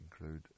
include